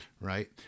right